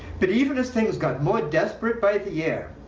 but even as things got more desperate by the year,